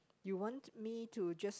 you want me to just